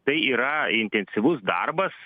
tai yra intensyvus darbas